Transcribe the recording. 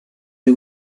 cui